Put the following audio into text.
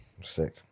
Sick